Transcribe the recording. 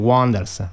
Wonders